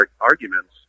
arguments